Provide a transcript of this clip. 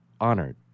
honored